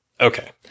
Okay